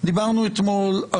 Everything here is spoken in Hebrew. התחלנו את הדיון ומי שרוצה לחזור,